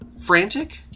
frantic